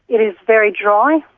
it is very dry,